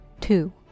Two